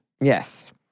Yes